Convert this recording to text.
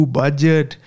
budget